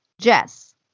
Jess